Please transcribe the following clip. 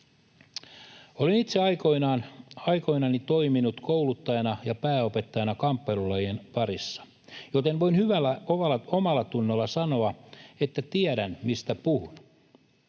Olen itse aikoinani toiminut kouluttajana ja pääopettajana kamppailulajien parissa, joten voin hyvällä omallatunnolla sanoa, että tiedän, mistä puhun.